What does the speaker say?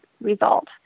result